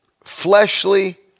fleshly